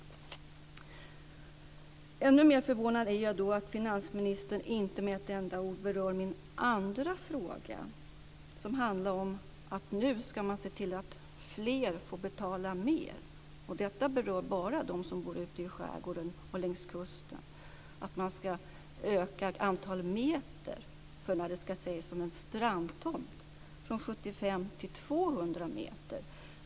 Ännu mer förvånad är jag över att finansministern inte med ett enda ord berör min andra fråga, som handlar om att man nu ska se till att fler får betala mer. Och detta berör bara dem som bor ute i skärgården och längs kusten. Man ska öka antalet meter för när det ska ses som en strandtomt från 75 till 200 meter.